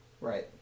Right